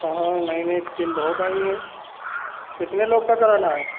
हाँ हाँ नई नई इस्कीम बहुत आई हैं कितने लोग का कराना है